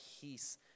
peace